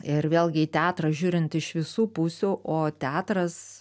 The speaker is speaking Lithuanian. ir vėlgi į teatrą žiūrint iš visų pusių o teatras